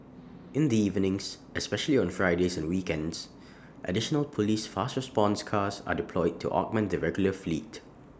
in the evenings especially on Fridays and weekends additional Police fast response cars are deployed to augment the regular fleet